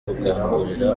gukangurira